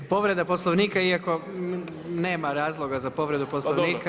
Povreda Poslovnika iako nema razloga za povredu poslovnika.